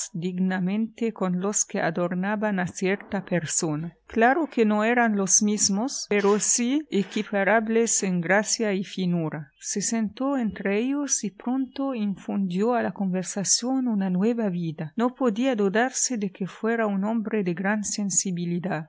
dignamente con los que adornaban a cierta persona claro que no eran los mismos pero sí equiparables en gracia y finura se sentó entre ellos y pronto infundió a la conversación una nueva vida no podía dudarse de que fuera un hombre de gran sensibilidad